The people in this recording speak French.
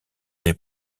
des